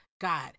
God